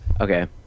Okay